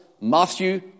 Matthew